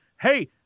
hey